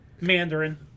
mandarin